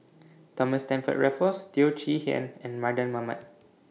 Thomas Stamford Raffles Teo Chee Hean and Mardan Mamat